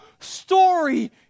story